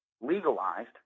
legalized